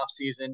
offseason